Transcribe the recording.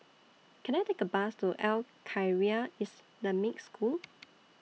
Can I Take A Bus to Al Khairiah Islamic School